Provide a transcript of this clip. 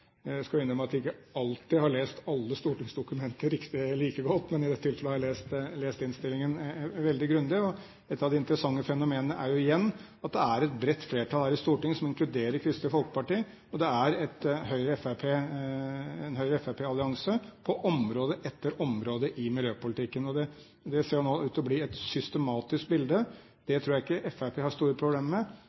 Jeg skal innrømme at jeg ikke alltid har lest alle stortingsdokumenter like godt, men i dette tilfellet har jeg lest innstillingen veldig grundig. Et av de interessante fenomenene er jo igjen at det er et bredt flertall her i Stortinget, som inkluderer Kristelig Folkeparti, og det er en Høyre–Fremskrittspartiet-allianse på område etter område i miljøpolitikken. Det ser nå ut til å bli et systematisk bilde. Det tror jeg ikke Fremskrittspartiet har store problemer med.